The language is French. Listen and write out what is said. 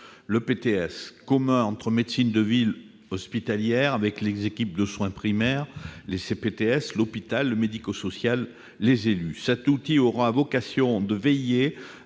un PTS commun entre médecine de ville et médecine hospitalière avec les équipes de soins primaires, les CPTS, l'hôpital, le médico-social, les élus. Cet outil aura vocation à veiller